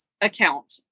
account